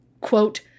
quote